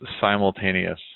simultaneous